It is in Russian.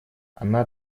она